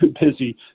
busy